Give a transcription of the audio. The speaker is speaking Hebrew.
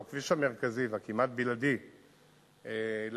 הוא הכביש המרכזי והכמעט-בלעדי לבירה,